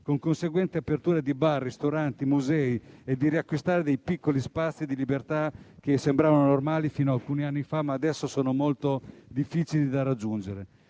(con conseguente apertura di bar, ristoranti e musei) e di riacquistare dei piccoli spazi di libertà che sembravano normali fino ad alcuni anni fa, ma che adesso sono molto difficili da raggiungere.